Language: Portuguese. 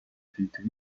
feito